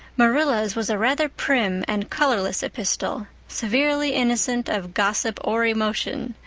marilla's was a rather prim and colorless epistle, severely innocent of gossip or emotion.